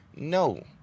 No